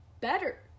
better